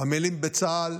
עמלים בצה"ל